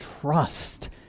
trust